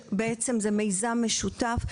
זה מיזם משותף,